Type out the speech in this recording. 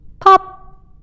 Pop